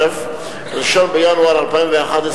1 בינואר 2011,